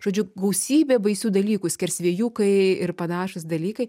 žodžiu gausybė baisių dalykų skersvėjukai ir panašūs dalykai